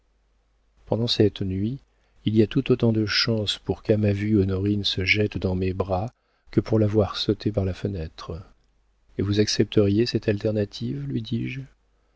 pendant cette nuit il y a tout autant de chances pour qu'à ma vue honorine se jette dans mes bras que pour la voir sauter par la fenêtre et vous accepteriez cette alternative lui dis-je